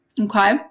okay